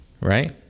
right